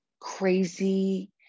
crazy